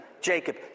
Jacob